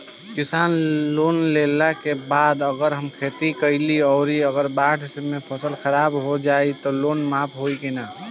किसान लोन लेबे के बाद अगर हम खेती कैलि अउर अगर बाढ़ मे फसल खराब हो जाई त लोन माफ होई कि न?